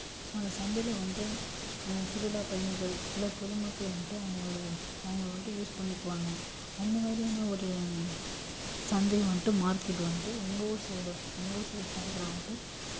so அந்த சந்தையில் வந்துட்டு சுற்றுலாப் பயணிகள் இல்லை பொதுமக்கள் வந்துட்டு அவங்களோடய அவங்களை வந்துட்டு யூஸ் பண்ணிக்குவாங்க அந்தமாதிரியான ஒரு சந்தை வந்துட்டு மார்க்கெட் வந்துட்டு எங்கள் ஊர் சைடு எங்கள் ஊர் சைடு பக்கத்தில் வந்துட்டு